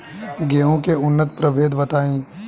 गेंहू के उन्नत प्रभेद बताई?